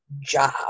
job